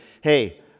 hey